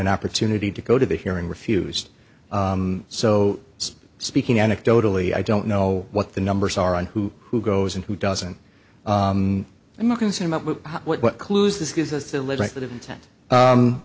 an opportunity to go to the hearing refused so speaking anecdotally i don't know what the numbers are on who who goes and who doesn't i'm not concerned about what clues this